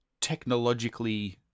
technologically